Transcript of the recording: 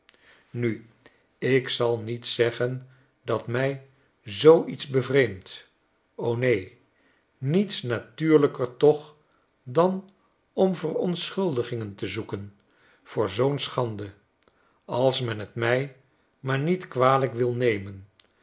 nu ik zal niet zeggen dat mij zoo iets bevreemdt o neen niets natuurlijker toch dan om verontschuldigingen te zoeken voor zoo'n schande als men t mij maar niet kwalijk wil nemen